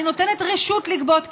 היא נותנת רשות לגבות כסף.